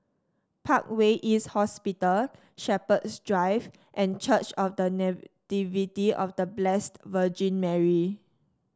Parkway East Hospital Shepherds Drive and Church of The Nativity of The Blessed Virgin Mary